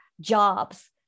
jobs